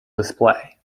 display